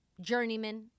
journeyman